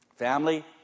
Family